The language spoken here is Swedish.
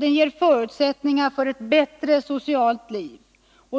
Den ger förutsättningar för ett bättre socialt liv.